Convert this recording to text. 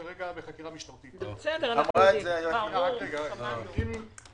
עודד, אתה איש עם ראש פתוח.